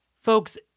folks